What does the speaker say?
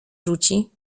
rzuci